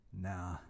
Nah